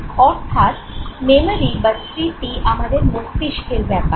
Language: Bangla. অর্থাৎ "মেমোরি" বা স্মৃতি আমাদের মস্তিষ্কের ব্যাপার